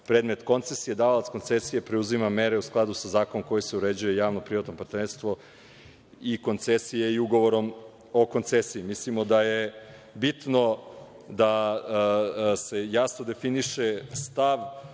predmet koncesije, davalac koncesije preuzima mere u skladu sa zakonom kojim se uređuje javno-privatno partnerstvo i koncesije i ugovorom o koncesiji. Mislimo da je bitno da se jasno definiše stav